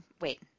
wait